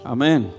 Amen